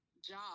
job